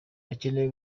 bakeneye